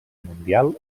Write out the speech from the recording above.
mundial